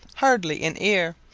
hardly in ear,